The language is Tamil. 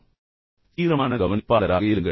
ஒரு நல்ல மற்றும் தீவிரமான கவனிப்பாளராக இருங்கள்